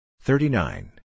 thirty-nine